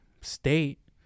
state